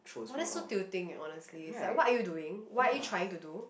!wah! that's so tilting eh honestly it's like what are you doing what are you trying to do